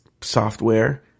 software